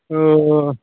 ओं